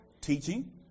Teaching